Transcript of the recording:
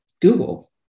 Google